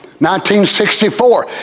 1964